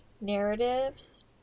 narratives